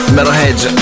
Metalheads